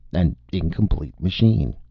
an incomplete machine.